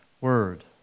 word